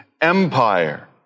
Empire